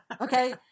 Okay